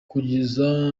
kugeza